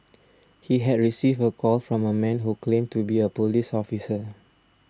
he had received a call from a man who claimed to be a police officer